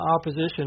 opposition